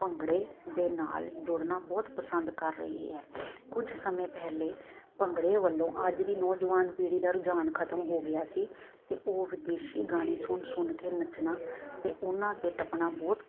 ਭੰਗੜੇ ਦੇ ਨਾਲ ਜੁੜਨਾ ਬਹੁਤ ਪਸੰਦ ਕਰ ਰਹੀ ਹੈ ਕੁਝ ਸਮੇਂ ਪਹਿਲੇ ਭੰਗੜੇ ਵੱਲੋਂ ਅੱਜ ਦੀ ਨੌਜਵਾਨ ਪੀੜੀ ਦਾ ਰੁਝਾਨ ਖਤਮ ਹੋ ਗਿਆ ਸੀ ਤੇ ਉਹ ਵਿਦੇਸ਼ੀ ਗਾਣੇ ਸੁਣ ਸੁਣ ਕੇ ਨੱਚਣਾ ਤੇ ਉਹਨਾਂ ਤੇ ਟਪਣਾ ਬਹੁਤ